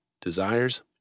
desires